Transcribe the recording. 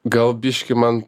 gal biškį man